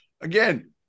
Again